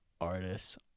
artists